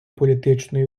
політичної